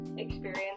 experience